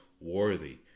worthy